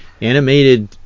Animated